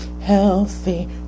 healthy